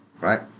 right